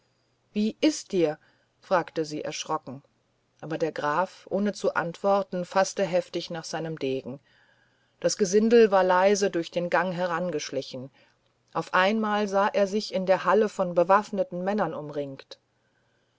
wie ist dir fragte sie erschrocken aber der graf ohne zu antworten faßte heftig nach seinem degen das gesindel war leise durch den gang herangeschlichen auf einmal sah er sich in der halle von bewaffneten männern umringt